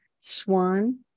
Swan